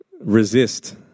resist